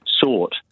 sought